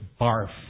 barf